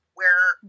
where-